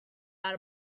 out